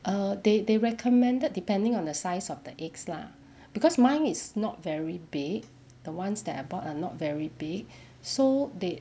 err they they recommended depending on the size of the eggs lah because mine is not very big the ones that I bought are not very big so they